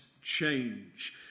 change